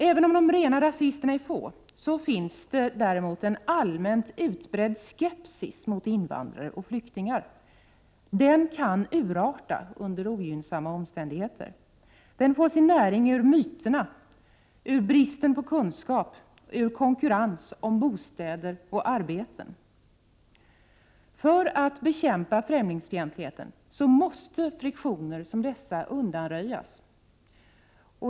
Även om de rena rasisterna är få finns det en allmänt utbredd skepsis mot invandrare och flyktingar. Den kan under ogynnsamma omständigheter urarta. Den får sin näring ur myterna, ur bristen på kunskap och ur konkurrensen om bostäder och arbeten. För att bekämpa främlingsfientligheten måste friktioner som dessa undanröjas.